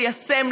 ליישם,